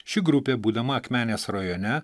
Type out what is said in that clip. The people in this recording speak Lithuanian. ši grupė būdama akmenės rajone